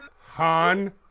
Han